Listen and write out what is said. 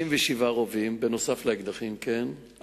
67 רובים, נוסף על אקדחים, כן?